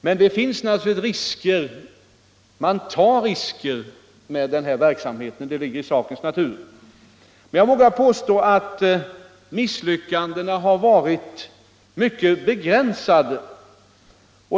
Men man tar naturligtvis vissa risker med den här verksamheten. Jag vågar dock påstå att misslyckandena varit begränsade.